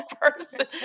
person